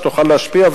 שתוכל להשפיע,